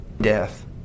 Death